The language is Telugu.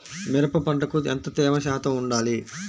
మిరప పంటకు ఎంత తేమ శాతం వుండాలి?